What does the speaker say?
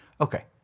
Okay